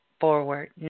forward